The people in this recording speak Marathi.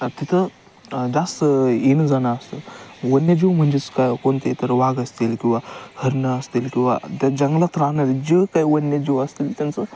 त्या तिथं जास्त येणं जाणं असतं वन्यजीव म्हणजेच काय कोणते तर वाघ असतील किंवा हरणं असतील किंवा त्या जंगलात राहणारे जे काही वन्यजीव असतील त्यांचं